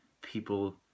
people